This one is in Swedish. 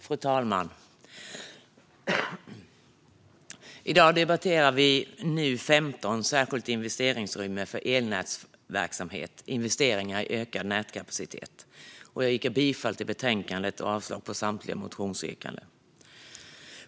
Fru talman! I dag debatterar vi NU15 Särskilt investeringsutrymme för elnätsverksamhet - investeringar i ökad nätkapacitet . Jag yrkar bifall till utskottets förslag och avslag på samtliga motionsyrkanden.